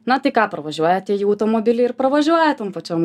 na tai ką pravažiuojate jų automobilį ir pravažiuoja tom pačiom